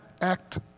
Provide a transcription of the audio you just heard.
act